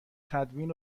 تدوین